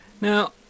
Now